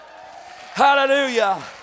hallelujah